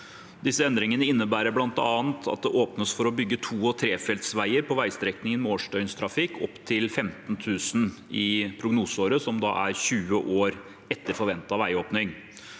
Disse endringene innebærer bl.a. at det åpnes for å bygge to- og trefeltsveier på veistrekninger med årsdøgntrafikk opptil 15 000 i prognoseåret, som er 20 år etter forventet veiåpning.